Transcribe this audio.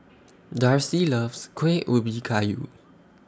Darcy loves Kueh Ubi Kayu